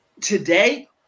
today